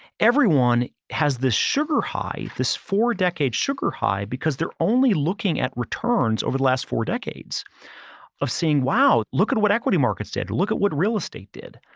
everyone has the sugar high, this four decade sugar high because they're only looking at returns over the last four decades of seeing, wow, look at what equity markets did. look at what real estate did.